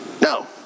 No